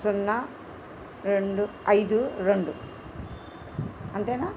సున్నా రెండు ఐదు రెండు